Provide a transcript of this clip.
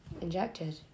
injected